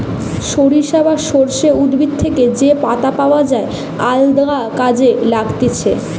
সরিষা বা সর্ষে উদ্ভিদ থেকে যে পাতা পাওয় যায় আলদা কাজে লাগতিছে